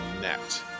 net